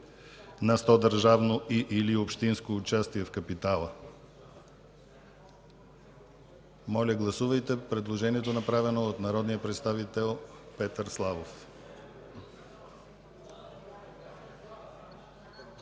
на сто държавно и/или общинско участие в капитала”. Моля, гласувайте предложението, направено от народния представител Петър Славов.